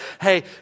hey